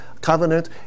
Covenant